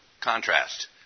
contrast